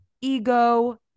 ego